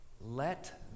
let